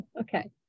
Okay